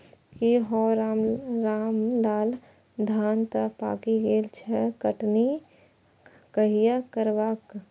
की हौ रामलाल, धान तं पाकि गेल छह, कटनी कहिया करबहक?